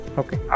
okay